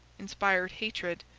inspired hatred,